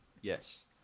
Yes